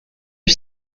are